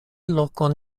lokon